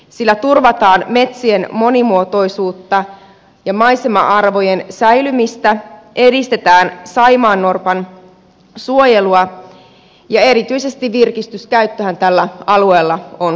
sillä turvataan metsien monimuotoisuutta ja maisema arvojen säilymistä edistetään saimaannorpan suojelua ja erityisesti virkistyskäyttöhän tällä alueella on suurta